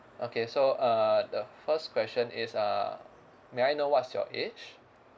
okay so uh the first question is uh may I know what's your age